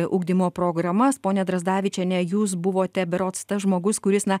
ugdymo programas ponia drazdavičiene jūs buvote berods tas žmogus kuris na